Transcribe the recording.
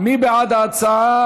מי בעד ההצעה?